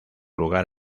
lugar